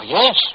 yes